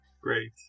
Great